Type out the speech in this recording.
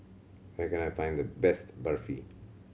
where can I find the best Barfi